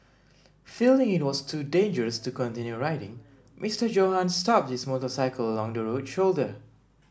feeling it was too dangerous to continue riding Mister Johann stopped his motorcycle along the road shoulder